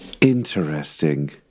Interesting